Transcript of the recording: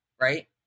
right